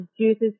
juices